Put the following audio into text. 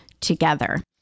together